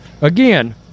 Again